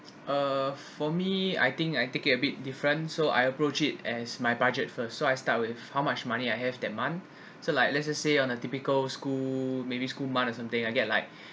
uh for me I think I take it a bit different so I approached it as my budget first so I start with how much money I have that month so like let's say on a typical school maybe school month or something I get like